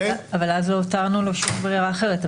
אבל אז לא הותרנו לו שום ברירה אחרת.